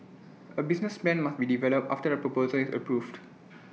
A business plan must be developed after the proposal is approved